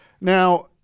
Now